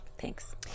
Thanks